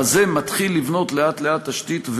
אבל זה מתחיל לבנות לאט-לאט תשתית.